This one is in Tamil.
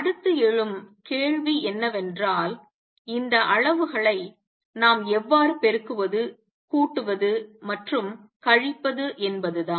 அடுத்து எழும் கேள்வி என்னவென்றால் இந்த அளவுகளை நாம் எவ்வாறு பெருக்குவது கூட்டுவது மற்றும் கழிப்பது என்பதுதான்